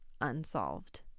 unsolved